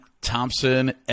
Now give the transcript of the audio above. thompson